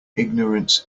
ignorance